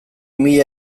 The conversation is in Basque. mila